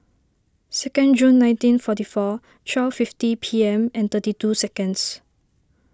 second June nineteen forty four twelve fifty P M and thirty two seconds